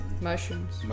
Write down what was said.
Mushrooms